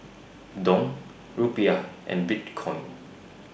Dong Rupiah and Bitcoin